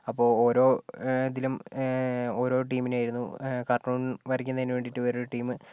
അപ്പോൾ ഓരോ ഇതിലും ഓരോ ടീമിനെ ആയിരുന്നു കാർട്ടൂൺ വരക്കുന്നതിന് വേണ്ടിയിട്ട് വേറൊരു ടീമ്